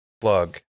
plug